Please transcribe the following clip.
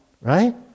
right